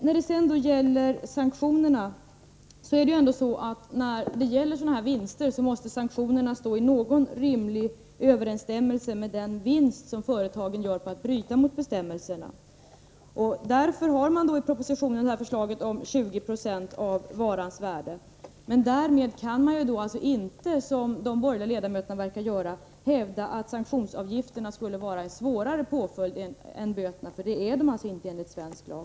När det sedan gäller sanktionerna så måste dessa stå i någon rimlig överensstämmelse med den vinst som företagen skulle göra genom att bryta mot bestämmelserna. Därför har man i propositionen föreslagit att avgiften skall vara högst 20 76 av varans värde. Därmed kan man inte, som de borgerliga ledamöterna verkar göra, hävda att sanktionsavgiften skulle vara Nr 159 en svårare påföljd än böter. Det är den alltså inte enligt svensk lag.